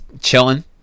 chilling